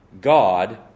God